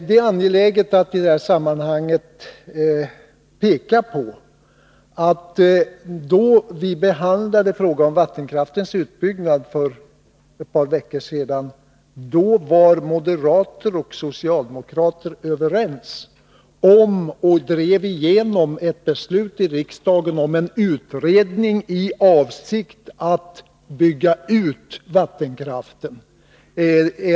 Det är angeläget att i detta sammanhang peka på att när vi för ett par veckor sedan behandlade frågan om vattenkraftens utbyggnad var moderater och socialdemokrater överens om att driva igenom ett beslut här i riksdagen om en utredning avseende vattenkraften.